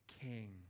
king